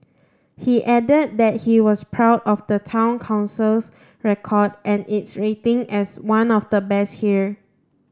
he added that he was proud of the Town Council's record and its rating as one of the best here